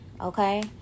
Okay